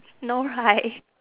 no right